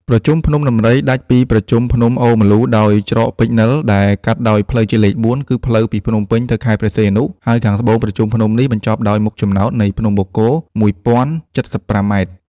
ប្រជុំភ្នំដំរី ដាច់ពីប្រជុំភ្នំអូរម្លូដោយច្រកពេជ្រនិល ដែលកាត់ដោយផ្លូវជាតិលេខ ៤ គឺ ផ្លូវពីភ្នំពេញទៅខេត្តព្រះសីហនុ ហើយខាងត្បូងប្រជុំភ្នំនេះបញ្ចប់ដោយមុខចំណោតនៃភ្នំបូកគោ១០៧៥ ម៉ែត្រ ។